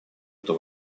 эту